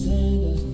Santa